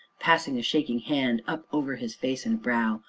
passing a shaking hand up over his face and brow,